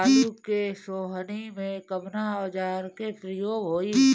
आलू के सोहनी में कवना औजार के प्रयोग होई?